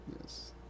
yes